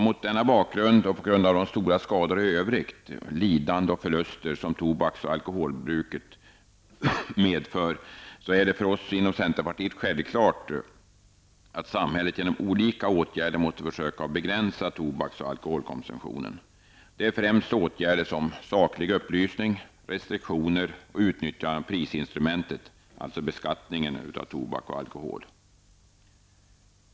Mot denna bakgrund och på grund av de stora skador i övrigt, lidande och förluster som tobaks och alkoholbruket medför, är det för oss inom centerpartiet självklart att samhället genom olika åtgärder måste försöka begränsa tobaks och alkoholkonsumtionen. Det är främst åtgärder som saklig upplysning, restriktioner och utnyttjande av prisinstrumentet, alltså beskattningen av tobak och alkohol.